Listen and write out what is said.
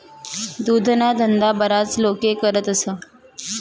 दुधना धंदा बराच लोके करतस